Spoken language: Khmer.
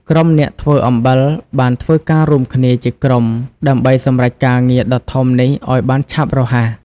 ក្រុមអ្នកធ្វើអំបិលបានធ្វើការរួមគ្នាជាក្រុមដើម្បីសម្រេចការងារដ៏ធំនេះឲ្យបានឆាប់រហ័ស។